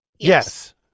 yes